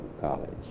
college